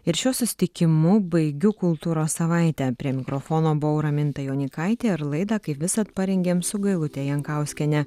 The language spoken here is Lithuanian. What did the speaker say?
ir šiuo susitikimu baigiu kultūros savaitę prie mikrofono buvau raminta jonykaitė ir laidą kaip visad parengėme su gailute jankauskiene